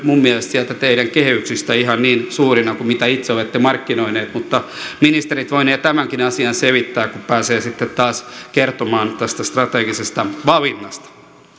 minun mielestäni sieltä teidän kehyksistänne ihan niin suurina kuin mitä itse olette markkinoineet mutta ministerit voinevat tämänkin asian selittää kun pääsevät sitten taas kertomaan tästä strategisesta valinnasta